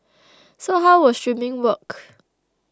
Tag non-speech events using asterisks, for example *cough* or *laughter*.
*noise* so how will streaming work